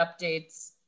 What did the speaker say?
updates